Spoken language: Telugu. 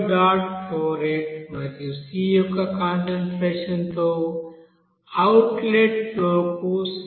ఫ్లో రేటు మరియు c యొక్క కాన్సంట్రేషన్ తో అవుట్లెట్ ఫ్లో కు సమానం